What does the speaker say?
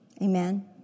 Amen